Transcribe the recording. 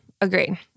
Agreed